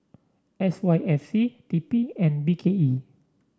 S Y F C T P and B K E